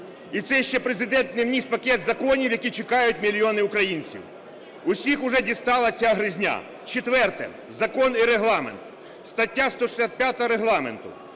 І це ще Президент не вніс пакет законів, які чекають мільйони українців. Усіх уже дістала ця гризня. Четверте – закон і Регламент, стаття 165 Регламенту: